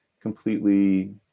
completely